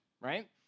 right